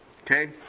okay